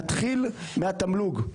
נתחיל מהתמלוג.